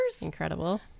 incredible